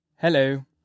Hello